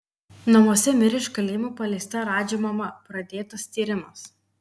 namuose mirė iš kalėjimo paleista radži mama pradėtas tyrimas